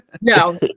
No